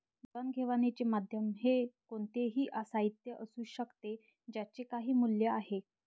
देवाणघेवाणीचे माध्यम हे कोणतेही साहित्य असू शकते ज्याचे काही मूल्य आहे